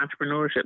entrepreneurship